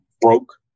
broke